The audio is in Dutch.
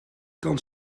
kan